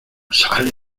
sale